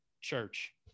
Church